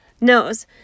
knows